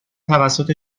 توسط